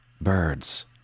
Birds